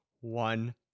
one